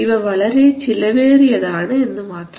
ഇവ വളരെ ചെലവേറിയതാണ് എന്ന് മാത്രം